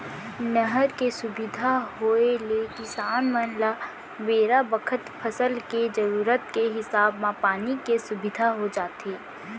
नहर के सुबिधा होय ले किसान मन ल बेरा बखत फसल के जरूरत के हिसाब म पानी के सुबिधा हो जाथे